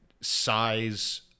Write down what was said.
size